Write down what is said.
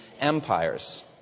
empires